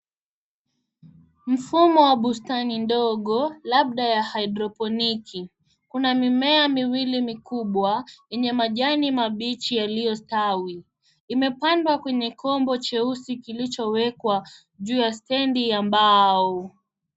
Mfumo wa bustani ndogo labda ya haidroponiki. Kuna mimea miwili mikubwa enye majini mabichi yaliyostawi, imepandwa kwenye kombo cheusi kilichowekwa juu ya stendi ya mbao.